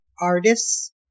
artists